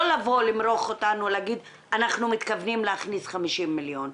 לא לבוא למרוח אותנו ולהגיד: אנחנו מתכוונים להכניס 50 מיליון.